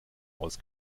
aus